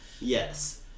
Yes